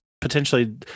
potentially